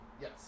yes